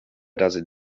razy